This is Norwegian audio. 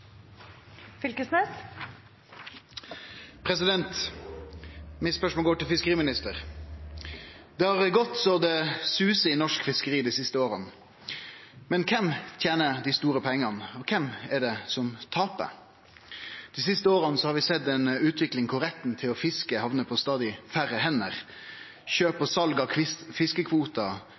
mitt går til fiskeriministeren. Det har gått så det suser i norsk fiskeri dei siste åra. Men kven tener dei store pengane, og kven er det som tapar? Dei siste åra har vi sett ei utvikling der retten til å fiske hamnar på stadig færre hender – kjøp og sal av